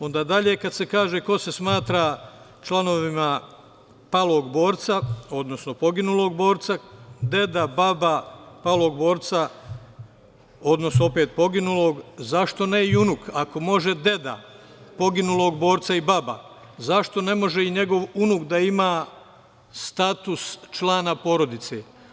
Onda dalje, kada se kaže ko se smatra članovima palog borca, odnosno poginulog borca, deda, baba palog borca, odnosno opet poginulog, zašto ne i unuk, ako može deda poginulog borca i baba, zašto ne može i njegov unuk da ima status člana porodice?